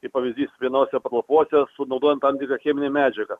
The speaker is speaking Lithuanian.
kaip pavyzdys vienose patalpose sunaudojom tam tikrą cheminę medžiagą